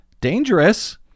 dangerous